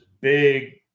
big